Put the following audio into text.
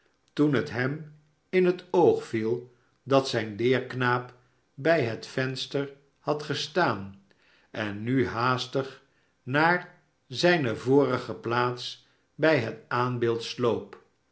toen het hem in het oog viel dat zijn leerknaap bij het venster hadgestaan en nu haastig naar zijne vorige plaats bij het aanbeeld sloop